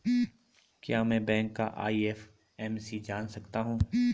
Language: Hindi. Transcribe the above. क्या मैं बैंक का आई.एफ.एम.सी जान सकता हूँ?